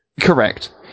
Correct